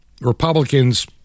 Republicans